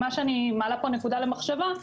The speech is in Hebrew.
אני מעלה פה נקודה למחשבה,